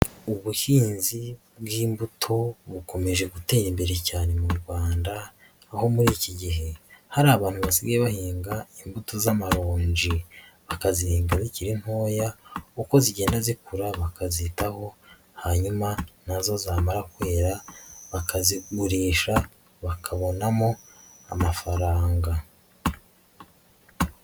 Ubuhinzi bw'imbuto bukomeje gutera imbere cyane mu Rwanda, aho muri iki gihe hari abantu basigaye bahinga imbuto z'amaronji. Bakazihinga zirikiri ntoya, uko zigenda zikura bakazitaho, hanyuma nazo zamara kwera, bakazigurisha, bakabonamo amafaranga.